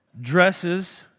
dresses